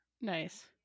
Nice